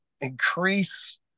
increase